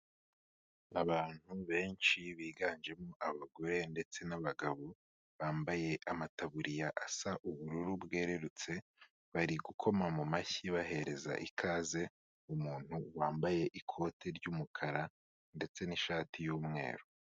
Abantu benshi biganjemo abagore ndetse n'abagabo, bambaye amataburiya asa ubururu bwerurutse, bari gukoma mu mashyi bahereza ikaze umuntu wambaye ikote ry'umukara ndetse n'ishati yumweru.